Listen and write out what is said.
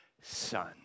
son